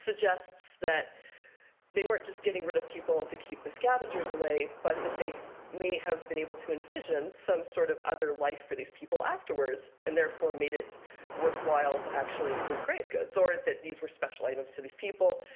suggests that they weren't just getting rid of people to keep the scavengers away, but that they may have been able to envision some sort of other life for these people afterwards, and therefore made it worthwhile to actually include grave goods, or that these were special items to these people.